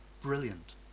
brilliant